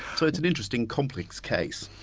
so it's an interesting, complex case.